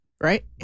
Right